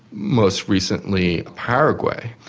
most recently paraguay,